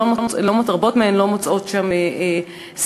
ורבות מהן לא מוצאות שם סיוע.